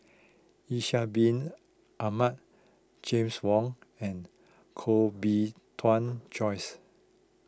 Ishak Bin Ahmad James Wong and Koh Bee Tuan Joyce